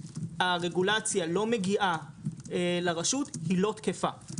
הרגולציה לא מגיעה לרשות היא לא תקפה.